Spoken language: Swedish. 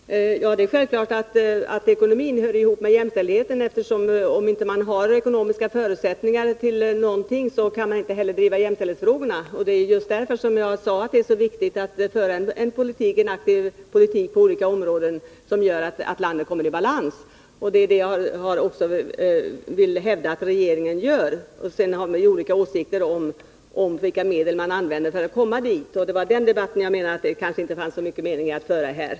Herr talman! Det är självklart att ekonomin hör ihop med jämställdheten. Om man inte har ekonomiska förutsättningar för någonting, kan man inte heller driva jämställdhetsfrågorna. Det är därför jag sade att det är viktigt att man för en sådan politik att landet kommer i balans. Det vill jag hävda att regeringen gör. Men man kan ha olika åsikter om vilka medel som bör användas för att komma dit, och det var den debatten som jag menar att det inte fanns så mycket mening i att föra här.